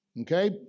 Okay